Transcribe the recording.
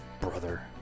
brother